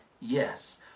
Yes